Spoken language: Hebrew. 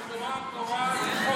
אתם חבורה פורעת חוק.